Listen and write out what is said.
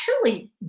truly